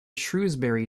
shrewsbury